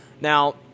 Now